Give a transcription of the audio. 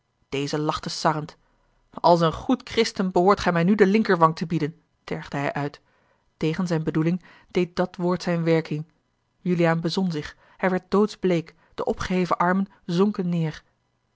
deze lachte sarrend als een goed christen behoort gij mij nu de linkerwang te bieden tergde hij uit tegen zijne bedoeling deed dat woord zijne werking juliaan bezon zich hij werd doodsbleek de opgeheven armen zonken neêr